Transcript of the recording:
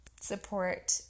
support